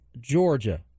Georgia